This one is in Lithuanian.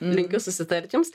linkiu susitart jums